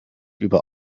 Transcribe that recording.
über